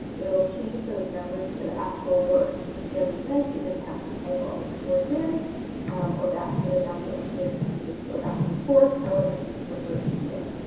it will change those numbers to the actual words, which again is nice. you didn't have to type all those words in or back to the numbers. so, you can just go back and forth however you prefer to see it.